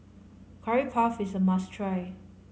Curry Puff is a must try